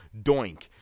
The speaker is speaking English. Doink